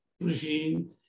regime